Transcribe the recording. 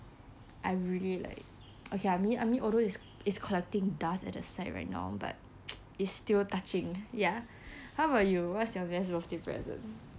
I really like okay I mean I mean although it's collecting dust at the side right now but it's still touching ya how about you what's your best birthday present